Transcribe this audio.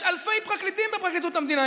יש אלפי פרקליטים בפרקליטות המדינה,